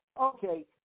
Okay